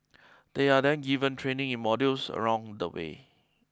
they are then given training in modules along the way